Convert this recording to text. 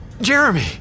Jeremy